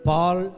Paul